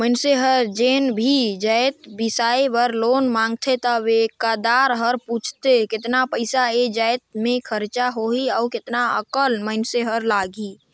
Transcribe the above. मइनसे हर जेन भी जाएत बिसाए बर लोन मांगथे त बेंकदार हर पूछथे केतना पइसा ए जाएत में खरचा होही अउ केतना अकन मइनसे हर लगाही